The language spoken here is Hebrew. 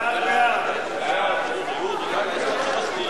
ההצעה להעביר את הצעת חוק גנים לאומיים,